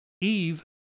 Eve